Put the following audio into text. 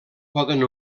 poden